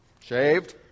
shaved